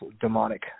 demonic